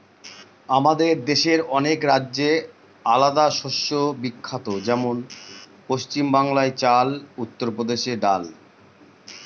আমাদের দেশের অনেক রাজ্যে আলাদা শস্য বিখ্যাত যেমন পশ্চিম বাংলায় চাল, উত্তর প্রদেশে ডাল